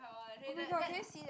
oh-my-god can you see the